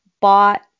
bought